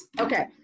Okay